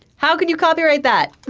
how can you copyright that?